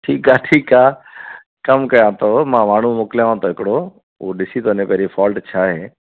ठीकु आहे ठीकु आहे कमु कयां थो मां माण्हू मोकिलियांव थो हिकिड़ो उहो ॾिसी थो वञे पहिरीं फ़ॉल्ट छा आहे